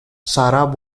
sarah